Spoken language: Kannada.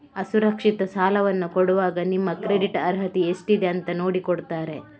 ಅಸುರಕ್ಷಿತ ಸಾಲವನ್ನ ಕೊಡುವಾಗ ನಿಮ್ಮ ಕ್ರೆಡಿಟ್ ಅರ್ಹತೆ ಎಷ್ಟಿದೆ ಅಂತ ನೋಡಿ ಕೊಡ್ತಾರೆ